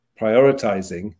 prioritizing